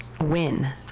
win